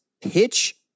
pitch